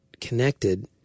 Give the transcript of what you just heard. connected